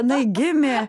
jinai gimė